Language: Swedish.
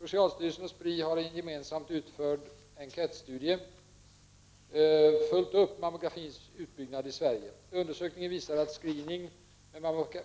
Socialstyrelsen och Spri har i en gemensamt utförd enkätstudie följt upp mammografins utbyggnad i Sverige. Undersökningen visar att screening med